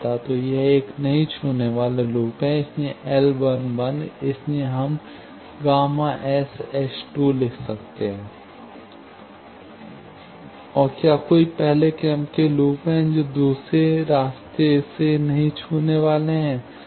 तो यह एक नहीं छूने वाले लूप है इसलिए L इसीलिए हम ΓSS22 लिख रहे हैं और क्या कोई पहले क्रम के लूप है जो दूसरे रास्ते से नहीं छूने वाले है